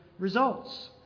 Results